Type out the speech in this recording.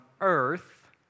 earth